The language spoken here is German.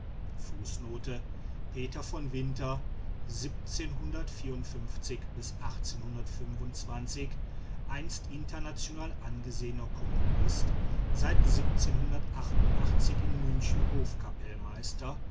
peter von einst international angesehener komponist seit in münchen